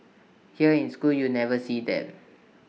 here in school you never see them